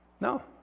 No